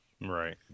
Right